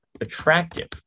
attractive